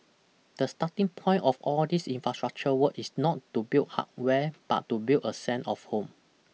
the starting point of all these infrastructure work is not to build hardware but to build a sense of home